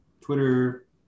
Twitter